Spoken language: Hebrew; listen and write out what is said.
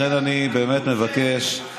ולכן הדחיפות היא לאשר את זה עוד הלילה, אחרת